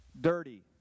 dirty